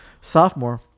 sophomore